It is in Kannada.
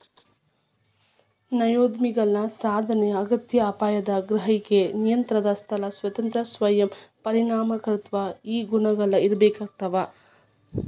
ನವೋದ್ಯಮಿಗಳಿಗ ಸಾಧನೆಯ ಅಗತ್ಯ ಅಪಾಯದ ಗ್ರಹಿಕೆ ನಿಯಂತ್ರಣದ ಸ್ಥಳ ಸ್ವಾತಂತ್ರ್ಯ ಸ್ವಯಂ ಪರಿಣಾಮಕಾರಿತ್ವ ಈ ಗುಣಗಳ ಇರ್ಬೇಕಾಗ್ತವಾ